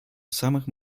самых